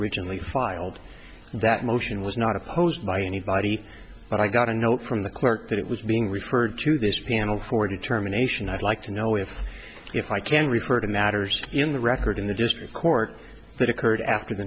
originally filed that motion was not opposed by anybody but i got a note from the clerk that it was being referred to this panel for determination i'd like to know if if i can refer to matters in the record in the district court that occurred after the